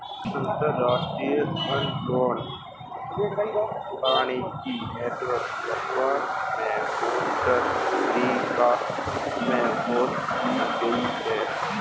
अंतर्राष्ट्रीय एनालॉग वानिकी नेटवर्क वर्तमान में कोस्टा रिका में होस्ट की गयी है